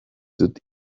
dut